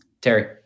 terry